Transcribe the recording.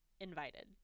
invited